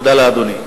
תודה לאדוני.